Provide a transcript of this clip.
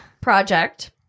project